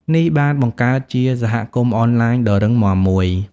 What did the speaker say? នេះបានបង្កើតជាសហគមន៍អនឡាញដ៏រឹងមាំមួយ។